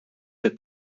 the